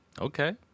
Okay